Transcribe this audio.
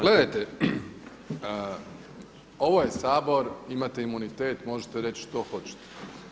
Gledajte, ovo je Sabor, imate imunitet, možete reći što hoćete.